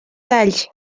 talls